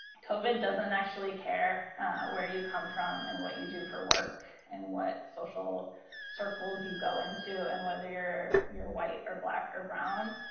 covid doesn't actually care where you come from, and what you do for work, and what social circles you go into, and whether you're you're white or black or brown.